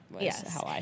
yes